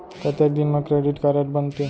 कतेक दिन मा क्रेडिट कारड बनते?